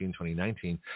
2019